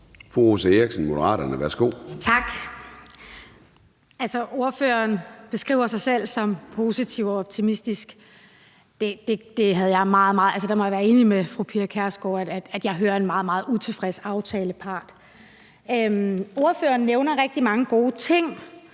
Rosa Eriksen (M): Tak. Ordføreren beskriver sig selv som positiv og optimistisk. Der må jeg være enig med fru Pia Kjærsgaard: Jeg hører en meget, meget utilfreds aftalepart. Ordføreren nævner rigtig mange gode ting